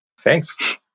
Thanks